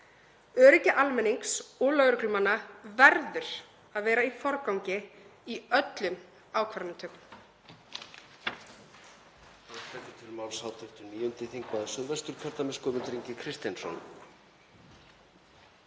Öryggi almennings og lögreglumanna verður að vera í forgangi í öllum ákvarðanatökum.